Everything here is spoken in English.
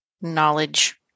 knowledge